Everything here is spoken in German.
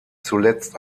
zuletzt